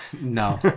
No